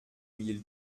mille